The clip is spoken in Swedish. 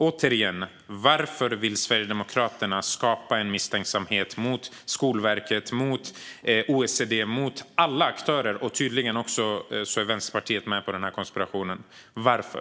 Återigen: Varför vill Sverigedemokraterna skapa misstänksamhet mot Skolverket, mot OECD, mot alla aktörer? Tydligen är också Vänsterpartiet med på konspirationen. Varför?